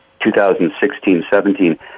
2016-17